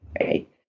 Right